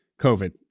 COVID